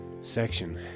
section